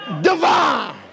divine